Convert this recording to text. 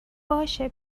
باشه